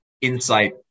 insight